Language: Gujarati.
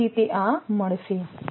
તો પછી તે આ મળશે